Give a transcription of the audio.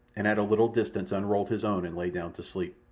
and at a little distance unrolled his own and lay down to sleep.